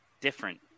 different